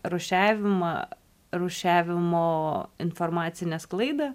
rūšiavimą rūšiavimo informacinę sklaidą